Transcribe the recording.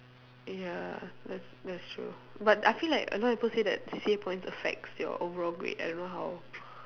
ya that's that's true but I feel like a lot people say that C_C_A points affects your overall grade I don't know how